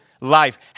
life